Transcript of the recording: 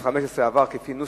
17, נגד, 2, אין נמנעים.